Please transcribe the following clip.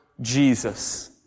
Jesus